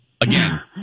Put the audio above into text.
again